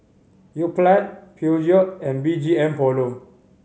Yoplait Peugeot and B G M Polo